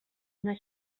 una